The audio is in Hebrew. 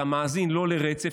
אתה מאזין לא לרצף.